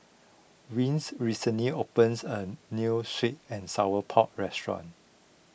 Wing recently opened a New Sweet and Sour Pork restaurant